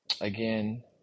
Again